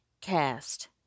cast